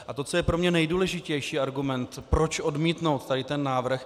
A to, co je pro mě nejdůležitější argument, proč odmítnout tento návrh.